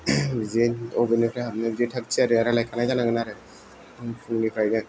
बिदि अबेनिफ्राय थांनो बे थाग थियारिया रायलायखानाय जानांगोन आरो फुंनिफ्रायनो